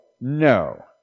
no